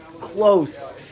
close